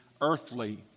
earthly